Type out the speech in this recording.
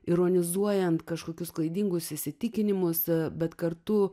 ironizuojant kažkokius klaidingus įsitikinimus bet kartu